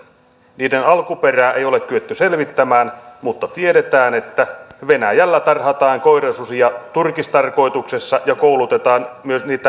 niiden alkuperää ei ole kyetty selvittämään mutta tiedetään että venäjällä tarhataan koirasusia turkistarkoituksessa ja myös koulutetaan niitä rekikoirakäyttöön